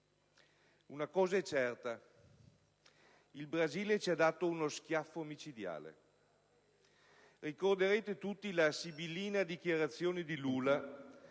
Una cosa è certa: il Brasile ci ha dato uno schiaffo micidiale. Ricorderete tutti la sibillina dichiarazione del